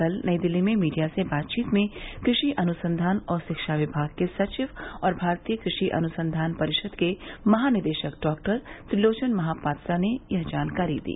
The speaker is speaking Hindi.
कल नई दिल्ली में मीडिया से बातचीत में कृषि अनुसंधान और शिक्षा विभाग के सचिव और भारतीय कृषि अनुसंधान परिषद् के महानिदेशक डॉक्टर त्रिलोचन महापात्रा ने यह जानकारी दी